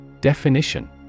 Definition